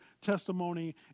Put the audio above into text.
testimony